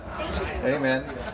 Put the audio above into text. Amen